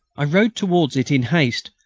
i rode towards it in haste,